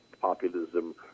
populism